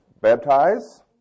Baptize